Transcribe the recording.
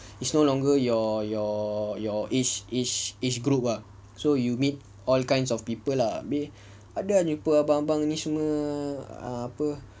it's no longer your your your age age age group ah so you meet all kinds of people lah abeh abeh jumpa abang-abang ni semua apa